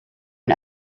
and